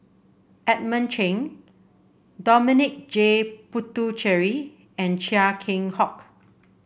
Edmund Cheng Dominic J Puthucheary and Chia Keng Hock